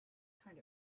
kind